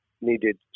needed